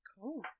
cool